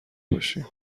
باشیم